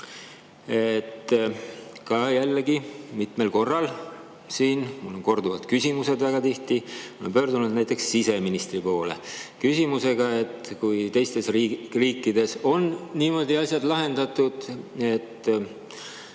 Jällegi, mitmel korral – mul on korduvad küsimused väga tihti – olen siin pöördunud näiteks siseministri poole küsimusega, et kui teistes riikides on asjad lahendatud